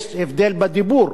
יש הבדל בדיבור,